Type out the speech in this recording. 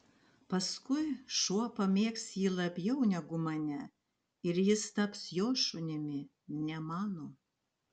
paskui šuo pamėgs jį labiau negu mane ir jis taps jo šunimi ne mano